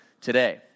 today